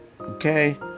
okay